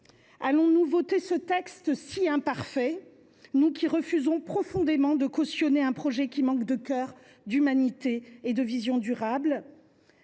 Allons nous voter ce texte si imparfait, nous qui refusons profondément de cautionner un projet qui manque de cœur, d’humanité et de vision durable ?